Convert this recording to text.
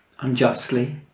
unjustly